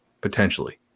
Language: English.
potentially